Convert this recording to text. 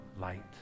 light